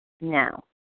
now